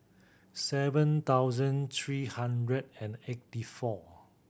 seven thousand three hundred and eighty four